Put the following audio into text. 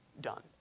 done